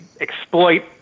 exploit